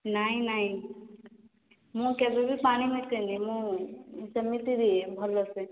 ନାହିଁ ନାହିଁ ମୁଁ କେବେ ବି ପାଣି ମିଶାନି ମୁଁ ସେମିତି ଦିଏ ଭଲ ସେ